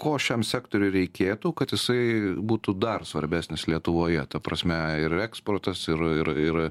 ko šiam sektoriui reikėtų kad jisai būtų dar svarbesnis lietuvoje ta prasme ir eksportas ir ir ir